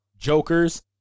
jokers